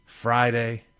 Friday